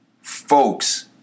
Folks